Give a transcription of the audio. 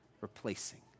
replacing